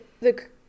look